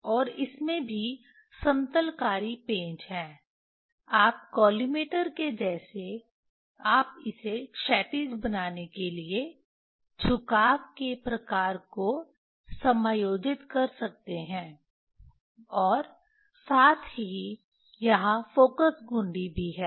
और इसमें भी समतलकारी पेंच हैं आप कॉलिमेटर के जैसे आप इसे क्षैतिज बनाने के लिए झुकाव के प्रकार को समायोजित कर सकते हैं और साथ ही यहां फ़ोकस घुंडी भी है